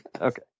Okay